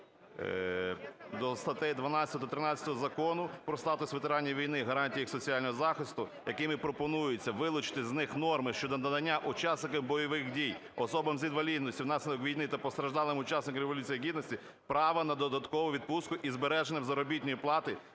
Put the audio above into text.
чому. До статей 12, 13 Закону "Про статус ветеранів війни, гарантії їх соціального захисту", якими пропонується вилучити з них норми щодо надання учасникам бойових дій, особам з інвалідністю внаслідок війни та постраждалим учасникам Революції Гідності права на додаткову відпустку із збереженням заробітної плати